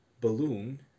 balloon